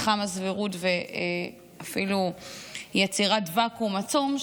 מתחם הסבירות ואפילו יצירת ואקום עצום,